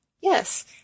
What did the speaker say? Yes